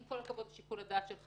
לפי ההצעה,